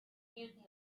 hielten